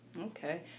Okay